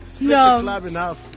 No